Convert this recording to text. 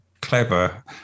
clever